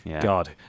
God